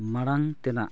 ᱢᱟᱲᱟᱝ ᱛᱮᱱᱟᱜ